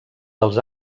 dels